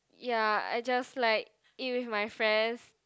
ya I just like eat with my friends